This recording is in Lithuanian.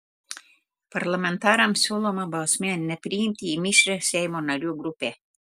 parlamentarams siūloma bausmė nepriimti į mišrią seimo narių grupę